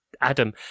Adam